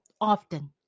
Often